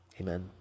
Amen